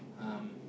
um